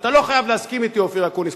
אתה לא חייב להסכים אתי, אופיר אקוניס.